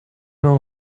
mains